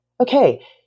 Okay